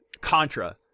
Contra